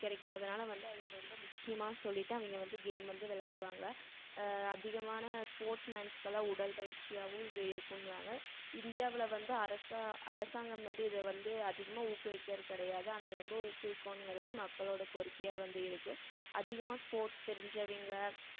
கிடைக்கும் அதனால வந்து அது ரொம்ப முக்கியமாக சொல்லிவிட்டு அவங்க வந்து கேம் வந்து விளையாடுவாங்க அதிகமான ஸ்போர்ட்ஸ் மேன்ஸ்க்கலாம் உடல் பயிற்சியாகவும் இது இருக்குங்கிறாங்க இந்தியாவில் வந்து அரசாங்கம் வந்து இதை வந்து அதிகமாக ஊக்குவிக்கிறது கிடையாது ஆனால் இது ரொம்ப ஊக்குவிக்கணும்ங்கிறது மக்களோட கோரிக்கையாக வந்து இருக்கு அதிகமாக ஸ்போர்ட்ஸ் தெரிஞ்சவங்க